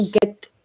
get